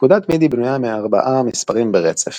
פקודת מידי בנויה מארבעה מספרים ברצף